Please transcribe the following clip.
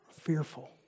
Fearful